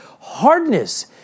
hardness